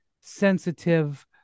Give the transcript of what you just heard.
sensitive